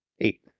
Eight